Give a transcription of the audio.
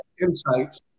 insights